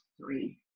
three